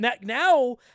Now